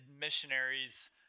missionaries